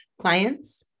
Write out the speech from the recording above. clients